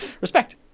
respect